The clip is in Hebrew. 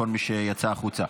כל מי שיצא החוצה.